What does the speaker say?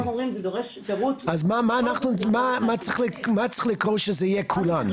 מה צריך לקרות שזה יהיה כולם.